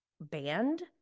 banned